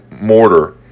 mortar